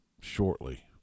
shortly